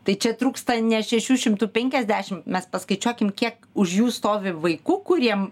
tai čia trūksta ne šešių šimtų penkiasdešimt mes paskaičiuokim kiek už jų stovi vaikų kuriem